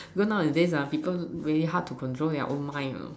because nowadays ah people really hard to control their own mind you know